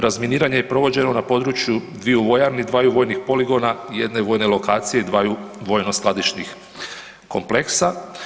Razminiranje je provođeno na području dviju vojarni, dvaju vojnih poligona i jedne vojne lokacije i dvaju vojno skladišnih kompleksa.